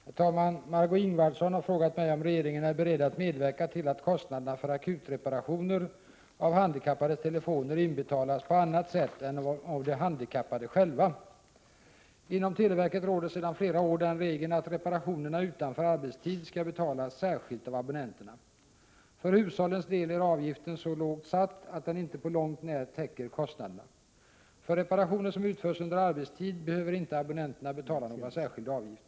Herr talman! Margé Ingvardsson har frågat mig om regeringen är beredd att medverka till att kostnaderna för akut-reparationer av handikappades telefoner betalas på annat sätt än av de handikappade själva. Inom televerket råder sedan flera år den regeln att reparationer utanför arbetstid skall betalas särskilt av abonnenterna. För hushållens del är avgiften så lågt satt att den inte på långt när täcker kostnaderna. För reparationer som utförs under arbetstid behöver inte abonnenterna betala någon särskild avgift.